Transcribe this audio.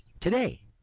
today